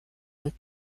und